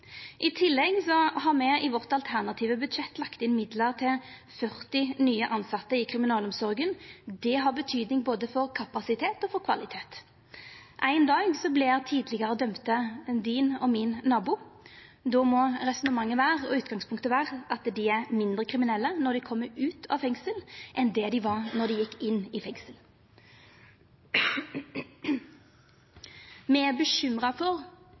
I tillegg har me i det alternative budsjettet vårt lagt inn midlar til 40 nye tilsette i kriminalomsorga. Det har betydning både for kapasitet og for kvalitet. Ein dag vert tidlegare dømde både din og min nabo. Då må resonnementet og utgangspunktet vera at dei er mindre kriminelle når dei kjem ut av fengsel, enn det dei var då dei gjekk inn i fengsel. Me er bekymra for